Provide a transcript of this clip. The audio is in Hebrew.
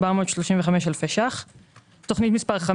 תוכנית 6,